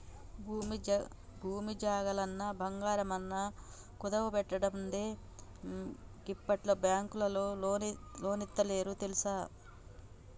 భూమి జాగలన్నా, బంగారమన్నా కుదువబెట్టందే గిప్పట్ల బాంకులోల్లు లోన్లిత్తలేరు తెల్సా